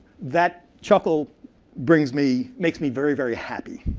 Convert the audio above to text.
that chuckle brings me, makes me very, very happy.